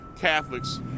Catholics